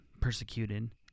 persecuted